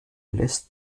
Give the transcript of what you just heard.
lässt